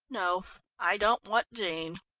no, i don't want jean.